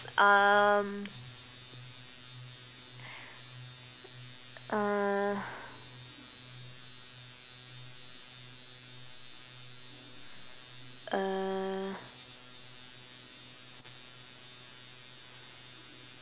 um uh err